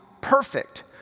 perfect